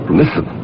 listen